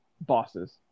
bosses